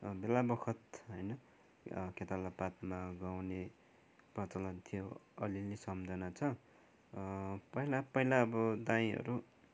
बेला बखत होइन खेताला पातमा गाउने प्रचलन थियो अलि अलि सम्झना छ पहिला पहिला अब दाईँहरू